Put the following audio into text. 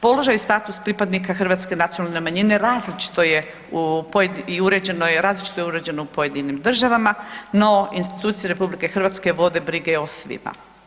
Položaj i status pripadnika hrvatske nacionalne manjine različito je u, i različito je uređeno u pojedinim državama no institucije RH vode brige o svima.